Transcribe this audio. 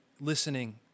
listening